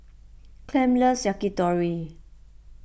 Clem loves Yakitori